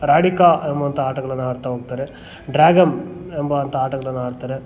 ರಾಡಿಕಾ ಎಂಬುವಂಥ ಆಟಗಳನ್ನು ಆಡ್ತಾ ಹೋಗ್ತಾರೆ ಡ್ರ್ಯಾಗಮ್ ಎಂಬಂಥ ಆಟಗಳನ್ನು ಆಡ್ತಾರೆ